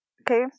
okay